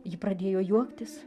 ji pradėjo juoktis